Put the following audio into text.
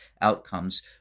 outcomes